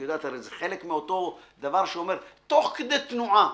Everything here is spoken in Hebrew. זה חלק מאותו דבר שאומר - תוך כדי תנועה,